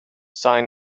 sign